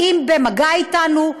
באים במגע איתנו,